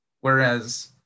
whereas